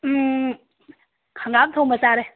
ꯎꯝ ꯍꯪꯒꯥꯝ ꯊꯣꯡꯕ ꯆꯥꯔꯦ